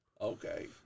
Okay